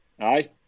Aye